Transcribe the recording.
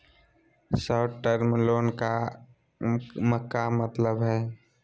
Short term loan के का मतलब हई?